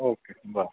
okay बरं